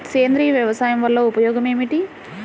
సేంద్రీయ వ్యవసాయం వల్ల ఉపయోగం ఏమిటి?